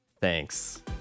thanks